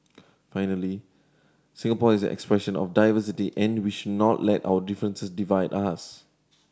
finally Singapore is an expression of diversity and we should not let our differences divide us